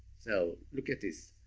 so look at this.